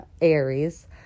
Aries